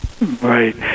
Right